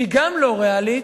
שגם היא לא ריאלית,